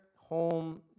home